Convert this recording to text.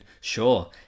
sure